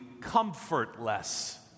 comfortless